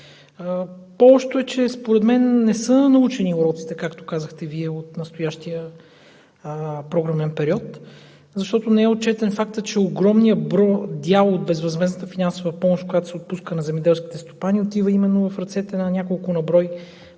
По-лошото според мен е, че не са научени уроците, както казахте Вие, от настоящия програмен период, защото не е отчетен фактът, че огромния дял от безвъзмездната финансова помощ, която се отпуска на земеделските стопани, отива именно в ръцете на няколко на брой